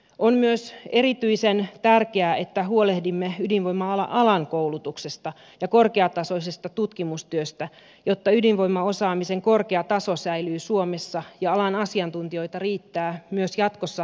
on myös erityisen tärkeää että huolehdimme ydinvoima alan koulutuksesta ja korkeatasoisesta tutkimustyöstä jotta ydinvoimaosaamisen korkea taso säilyy suomessa ja alan asiantuntijoita riittää myös jatkossa vastuulliseen valvontaan